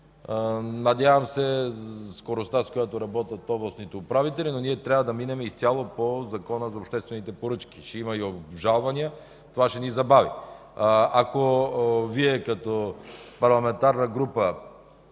Надявам се на скоростта, с която работят областните управители, но ние трябва да минем изцяло по Закона за обществените поръчки. Ще има и обжалвания – това ще ни забави. Ако Вие като парламентарна група